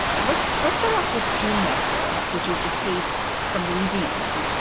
let's let's start off with june medical, which is the case from louisiana,